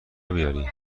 بیاری